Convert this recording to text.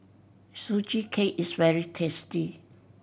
Sugee Cake is very tasty